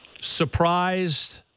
surprised